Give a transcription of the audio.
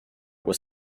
was